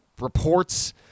reports